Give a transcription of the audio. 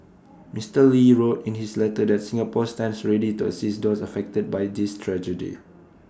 Mister lee wrote in his letter that Singapore stands ready to assist those affected by this tragedy